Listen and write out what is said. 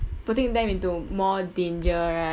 putting them into more danger right